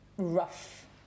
rough